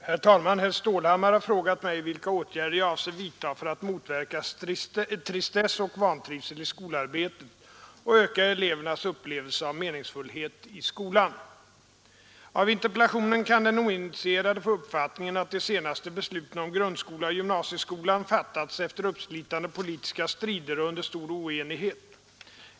Herr talman! Herr Stålhammar har frågat mig, vilka åtgärder jag avser vidta för att motverka tristess och vantrivsel i skolarbetet och öka elevernas upplevelse av meningsfullhet i skolan. Av interpellationen kan den oinitierade få uppfattningen att de senaste besluten om grundskolan och gymnasieskolan fattats efter uppslitande politiska strider och under stor oenighet.